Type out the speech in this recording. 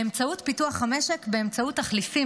באמצעות פיתוח המשק באמצעות תחליפים